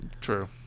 True